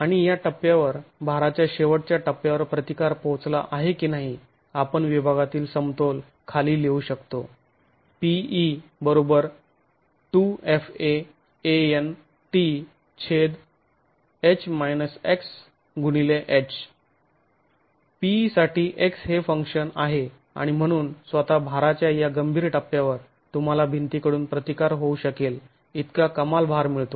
आणि या टप्प्यावर भाराच्या शेवटच्या टप्प्यावर प्रतिकार पोहोचला आहे की नाही आपण विभागातील समतोल खाली लिहू शकतो pe 2 fa An t h p e साठी x हे फंक्शन आहे आणि म्हणून स्वतः भाराच्या या गंभीर टप्प्यावर तुम्हाला भिंती कडून प्रतिकार होऊ शकेल इतका कमाल भार मिळतो